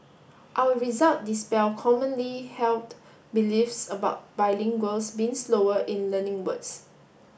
our result dispel commonly held beliefs about bilinguals being slower in learning words